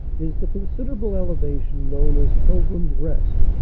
is the consider able elevation known as pilgrim's rest.